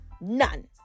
None